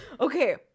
okay